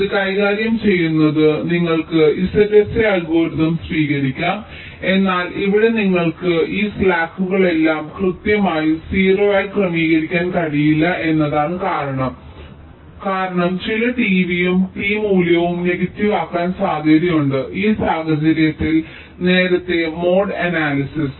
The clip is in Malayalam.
ഇത് കൈകാര്യം ചെയ്യുന്നതിന് നിങ്ങൾക്ക് ZSA അൽഗോരിതം സ്വീകരിക്കാം എന്നാൽ ഇവിടെ നിങ്ങൾക്ക് ഈ സ്ലാക്കുകൾ എല്ലാം കൃത്യമായി 0 ആയി ക്രമീകരിക്കാൻ കഴിയില്ല എന്നതാണ് കാരണം കാരണം ചില t v യും t മൂല്യവും നെഗറ്റീവ് ആകാൻ സാധ്യതയുണ്ട് ആ സാഹചര്യത്തിൽ നേരത്തെ മോഡ് അനാലിസിസ്